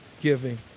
giving